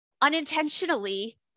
unintentionally